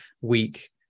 week